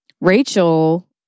Rachel